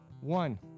one